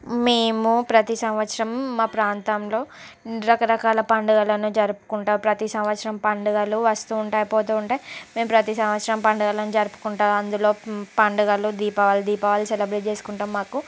మేము ప్రతి సంవత్సరం మా ప్రాంతంలో రకరకాల పండుగలను జరుపుకుంటారు ప్రతి సంవత్సరం పండుగలు వస్తు ఉంటాయి పోతు ఉంటాయి మేము ప్రతి సంవత్సరం పండుగలను జరుపుకుంటారు అందులో పండగలు దీపావళి దీపావళి సెలెబ్రేట్ చేసుకుంటాము మాకు